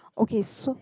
okay so